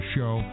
Show